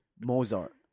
mozart